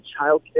childcare